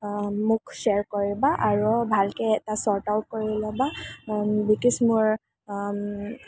মোক শ্বেয়াৰ কৰিবা আৰু ভালকৈ এটা শ্বৰ্ট আউট কৰি ল'বা বিক'জ মোৰ